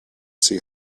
see